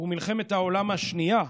ומלחמת העולם השנייה,